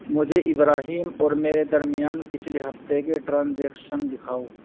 مجھے ابراہیم اور میرے درمیان پچھلے ہفتے کے ٹرانزیکشن دکھاؤ